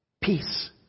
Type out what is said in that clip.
Peace